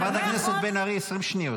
חברת הכנסת בן ארי, 20 שניות.